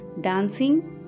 dancing